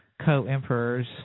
co-emperors